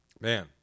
Man